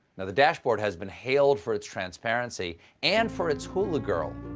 now, the dashboard has been hailed for its transparency and for it's hula girl.